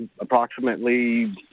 approximately